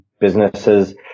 businesses